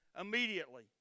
immediately